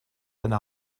seine